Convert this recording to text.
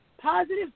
positive